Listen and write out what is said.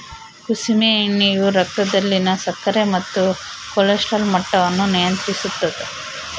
ಕುಸುಮೆ ಎಣ್ಣೆಯು ರಕ್ತದಲ್ಲಿನ ಸಕ್ಕರೆ ಮತ್ತು ಕೊಲೆಸ್ಟ್ರಾಲ್ ಮಟ್ಟವನ್ನು ನಿಯಂತ್ರಿಸುತ್ತದ